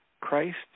Christ